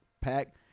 pack